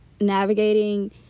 navigating